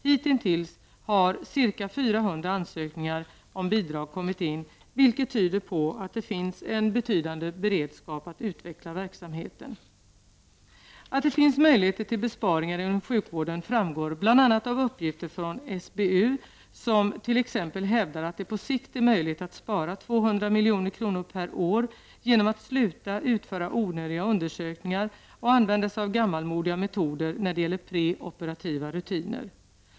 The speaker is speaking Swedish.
Hittills har ca 400 ansökningar om bidrag kommit in, vilket tyder på att det finns en betydande beredskap att utveckla verksamheten. Att det finns möjligheter till besparingar inom sjukvården framgår bl.a. av uppgifter från SBU, som t.ex. hävdar att det på sikt är möjligt att spara 200 miljoner per år genom att sluta utföra onödiga undersökningar och använda sig av gammalmodiga metoder när det gäller preoperativa rutiner.